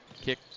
kick